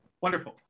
wonderful